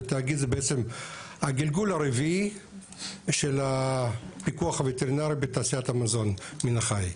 והתאגיד זה הגלגול הרביעי של הפיקוח הווטרינרי בתעשיית המזון מן החי.